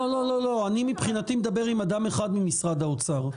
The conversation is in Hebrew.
לא, לא, אני מבחינתי מדבר עם אדם אחד ממשרד האוצר.